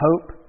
hope